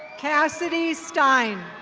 cassidy stein.